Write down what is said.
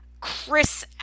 Chris